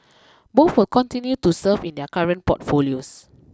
both will continue to serve in their current portfolios